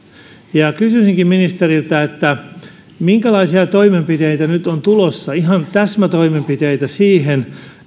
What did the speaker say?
kysyisinkin ministeriltä minkälaisia toimenpiteitä nyt on tulossa ihan täsmätoimenpiteitä siihen